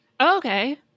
okay